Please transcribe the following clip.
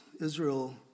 Israel